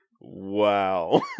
Wow